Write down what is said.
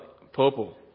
purple